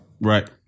Right